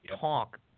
talk